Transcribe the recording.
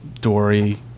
Dory